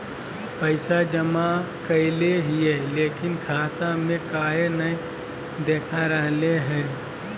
पैसा जमा कैले हिअई, लेकिन खाता में काहे नई देखा रहले हई?